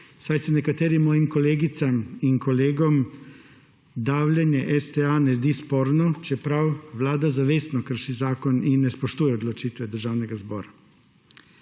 saj se nekaterim mojim kolegicam in kolegom davljenje STA ne zdi sporno, čeprav vlada zavestno krši zakon in ne spoštuje odločitve Državnega zbora.